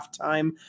halftime